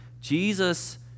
Jesus